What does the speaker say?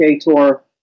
tour